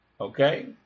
okay